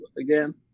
again